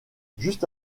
juste